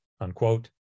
unquote